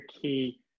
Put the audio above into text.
key